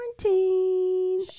quarantine